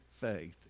faith